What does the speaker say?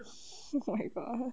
oh my god